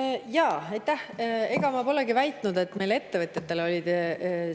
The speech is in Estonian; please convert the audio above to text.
Ega ma polegi väitnud, et meil olid ettevõtetele